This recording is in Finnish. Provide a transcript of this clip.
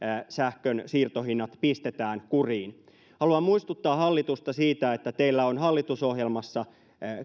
sähkönsiirtohinnat pistetään kuriin haluan muistuttaa hallitusta siitä että teillä on hallitusohjelmassa